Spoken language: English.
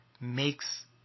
makes